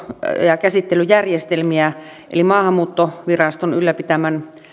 ja ja käsittelyjärjestelmiä eli maahanmuuttoviraston ylläpitämän